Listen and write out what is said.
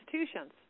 institutions